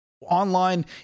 online